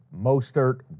Mostert